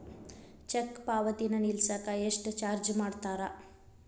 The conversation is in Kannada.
ಚೆಕ್ ಪಾವತಿನ ನಿಲ್ಸಕ ಎಷ್ಟ ಚಾರ್ಜ್ ಮಾಡ್ತಾರಾ